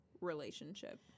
relationship